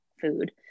food